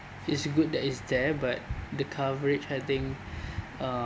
it's good that it's there but the coverage I think uh